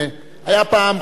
היה פעם חבר,